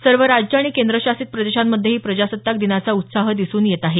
सर्व राज्य आणि केंद्रशासित प्रदेशांमध्येही प्रजासत्ताक दिनाचा उत्साह दिसून येत आहे